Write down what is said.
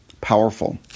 Powerful